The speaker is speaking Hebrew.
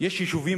יש יישובים